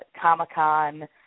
Comic-Con